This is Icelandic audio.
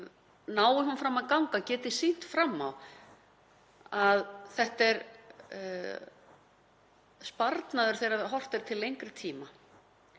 nái hún fram að ganga, geti sýnt fram á að þetta sé sparnaður þegar horft er til lengri tíma.